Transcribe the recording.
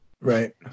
Right